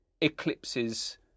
eclipses